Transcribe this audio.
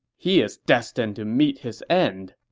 he is destined to meet his end!